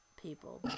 people